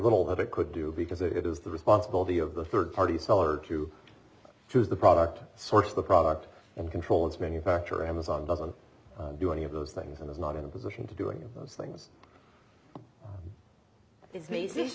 little that it could do because it is the responsibility of the third party seller to choose the product source the product and control its manufacturer amazon doesn't do any of those things and is not in a position to do any of those things